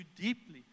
deeply